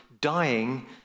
dying